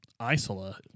Isola